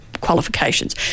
qualifications